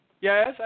yes